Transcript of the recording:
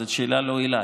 זאת לא שאלה אליי.